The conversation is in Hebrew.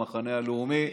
את המחנה הלאומי,